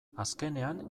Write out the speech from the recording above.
azkenean